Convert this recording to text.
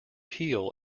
heel